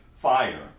fire